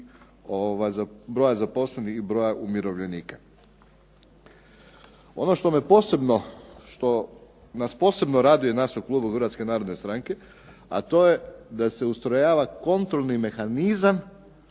broja zaposlenih i broja umirovljenika. Ono što me posebno što nas posebno raduje nas u klubu Hrvatske narodne stranke, a to je da se ustrojava kontrolni mehanizam